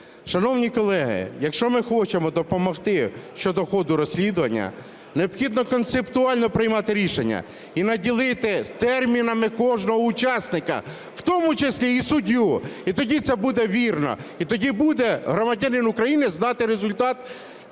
Шановні колеги, якщо ми хочемо допомогти щодо ходу розслідування, необхідно концептуально приймати рішення і наділити термінами кожного учасника, в тому числі і суддю, і тоді це буде вірно, і тоді буде громадянин України знати результат